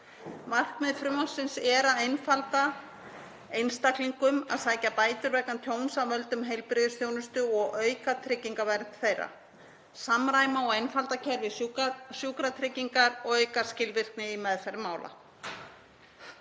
Markmið frumvarpsins er að einfalda einstaklingum að sækja bætur vegna tjóns af völdum heilbrigðisþjónustu og auka tryggingavernd þeirra, samræma og einfalda kerfi sjúkratrygginga og auka skilvirkni í meðferð mála.